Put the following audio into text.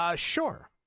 ah sure